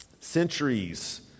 centuries